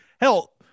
Hell